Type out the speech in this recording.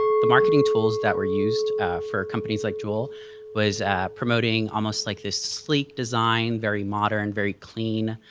the marketing tools that were used for companies like juul was promoting almost like this sleek design, very modern, very clean,